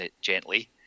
gently